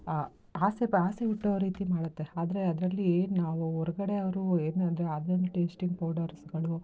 ಆಸೆ ಆಸೆ ಹುಟ್ಟೋ ರೀತಿ ಮಾಡುತ್ತೆ ಆದರೆ ಅದರಲ್ಲಿ ನಾವು ಹೊರಗಡೆ ಅವರು ಏನು ಅಂದರೆ ಆನ್ಲೈನ್ ಟೇಶ್ಟಿಂಗ್ ಪೌಡರ್ಸ್ಗಳು